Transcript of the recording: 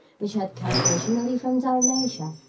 which had come originally from dalmatia,